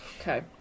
Okay